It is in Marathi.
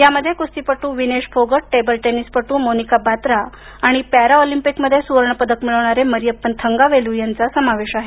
यामध्ये कुस्तीपटू विनेश फोगट टेबल टेनिसपटू मानिका बात्रा आणि पॅराऑलिम्पिक मध्ये सुवर्ण पदक मिळवणारे मरीअप्पन थंगावेलू यांचा समावेश आहे